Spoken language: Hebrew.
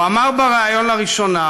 הוא אמר בריאיון לראשונה